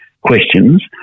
questions